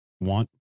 want